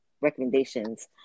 recommendations